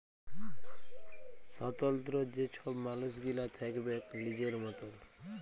স্বতলত্র যে ছব মালুস গিলা থ্যাকবেক লিজের মতল